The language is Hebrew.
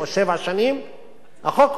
החוק אומר שאסור לך לעשות את זה.